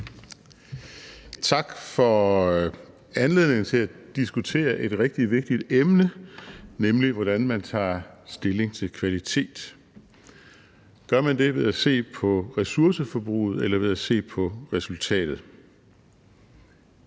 Tak for anledningen til at diskutere et rigtig vigtigt emne, nemlig hvordan man tager stilling til kvalitet. Gør man det ved at se på ressourceforbruget eller ved at se på resultatet?